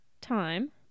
time